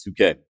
2K